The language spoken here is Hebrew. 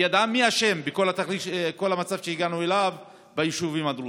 והיא ידעה מי אשם בכל המצב שהגענו אליו ביישובים הדרוזיים.